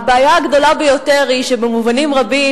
הבעיה הגדולה ביותר היא שבמובנים רבים,